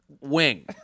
wing